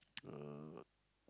uh